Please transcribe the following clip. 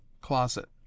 closet